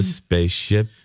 spaceship